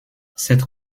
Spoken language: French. cette